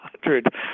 hundred